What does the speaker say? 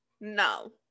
No